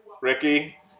Ricky